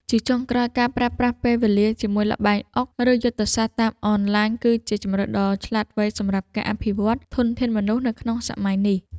ជាចុងក្រោយការប្រើប្រាស់ពេលវេលាជាមួយល្បែងអុកឬយុទ្ធសាស្ត្រតាមអនឡាញគឺជាជម្រើសដ៏ឆ្លាតវៃសម្រាប់ការអភិវឌ្ឍធនធានមនុស្សនៅក្នុងសម័យនេះ។